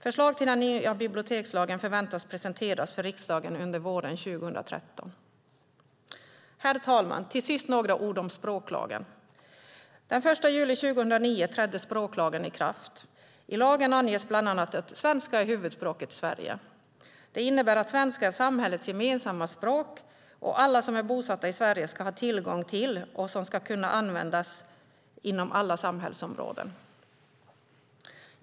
Förslag till den nya bibliotekslagen förväntas bli presenterade för riksdagen under våren 2013. Herr talman! Låt mig till sist säga några ord om språklagen. Den 1 juli 2009 trädde språklagen i kraft. I lagen anges bland annat att svenska är huvudspråk i Sverige. Det innebär att svenska är samhällets gemensamma språk som alla som är bosatta i Sverige ska ha tillgång till och som ska kunna användas inom alla samhällsområden.